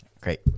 Great